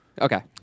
Okay